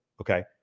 Okay